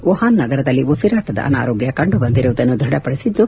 ಓ Wuhan ನಗರದಲ್ಲಿ ಉಸಿರಾಟದ ಅನಾರೋಗ್ಯ ಕಂಡುಬಂದಿರುವುದನ್ನು ದೃಢಪಡಿಸಿದ್ದು